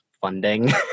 funding